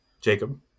Jacob